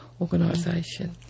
organisation